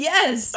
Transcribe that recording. Yes